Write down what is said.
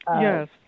Yes